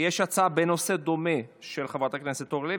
יש הצעה בנושא דומה של חברת הכנסת אורלי לוי,